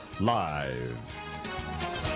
Live